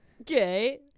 okay